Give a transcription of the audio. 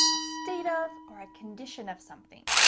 a state of or a condition of something.